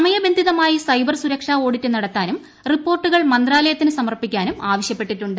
സ്മൃയ്ബന്ധിതമായി cyber സുരക്ഷാ audit നടത്താനും റിപ്പോർട്ടുകൾ മന്ത്രാലയത്തിന് സമർപ്പിക്കാനും ആവശ്യപ്പെട്ടിട്ടുണ്ട്